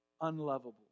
unlovable